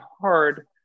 hard